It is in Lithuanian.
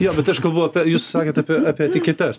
jo bet aš galvoju apie jūs sakėt apie apie etiketes